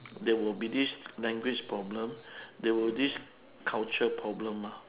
there will be this language problem there will this culture problem ah